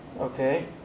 Okay